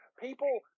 People